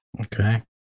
Okay